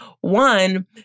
One